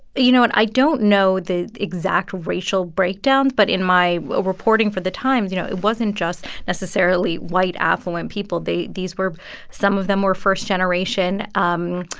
you know what? i don't know the exact racial breakdown. but in my reporting for the times, you know, it wasn't just necessarily white, affluent people. they these were some of them were first-generation um